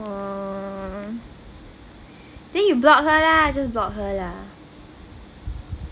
then you block her lah just block her lah